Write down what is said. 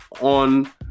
on